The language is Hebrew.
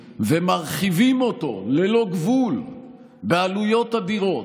ויתור מרצון על החלום של המחנה הלאומי של יישוב כל חבלי ארץ ישראל.